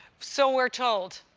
so we're told.